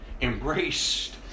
Embraced